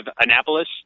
Annapolis